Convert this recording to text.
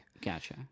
Gotcha